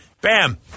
bam